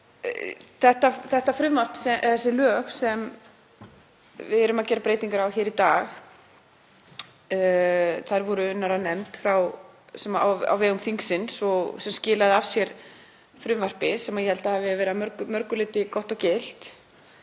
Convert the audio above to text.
þessi lög sem við erum að gera breytingar á hér í dag var unnið af nefnd á vegum þingsins og hún skilaði af sér frumvarpi sem ég held að hafi verið að mörgu leyti gott og gilt.